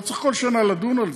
לא צריך כל שנה לדון על זה.